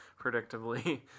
predictably